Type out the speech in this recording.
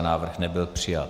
Návrh nebyl přijat.